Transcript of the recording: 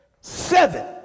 Seven